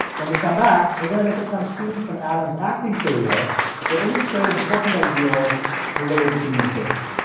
when we come back, we're going to look at some scenes from alan's acting career that illustrate important ideas related to communication.